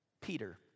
...Peter